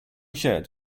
shared